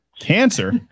cancer